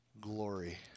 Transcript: glory